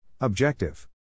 Objective